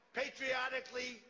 patriotically